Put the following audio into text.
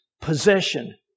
possession